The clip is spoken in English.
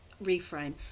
reframe